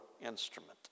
instrument